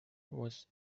was